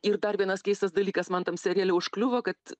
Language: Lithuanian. ir dar vienas keistas dalykas man tam seriale užkliuvo kad